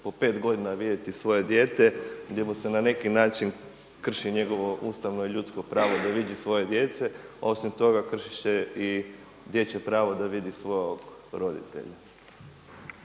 po pet godina vidjeti svoje dijete, gdje mu se na neki način krši njegovo ustavno i ljudsko pravo da vidi svoju djecu, osim toga krši se i dječje pravo da vidi svog roditelja.